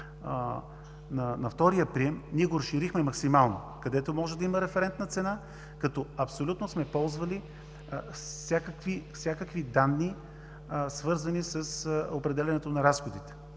на втория прием, ние го разширихме максимално, където може да има референтна цена, като абсолютно сме ползвали всякакви данни, свързани с определянето на разходите.